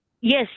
Yes